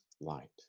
light